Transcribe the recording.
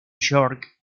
york